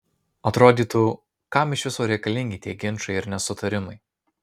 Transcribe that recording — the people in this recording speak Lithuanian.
atrodytų kam iš viso reikalingi tie ginčai ir nesutarimai